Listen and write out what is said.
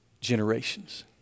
generations